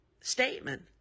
statement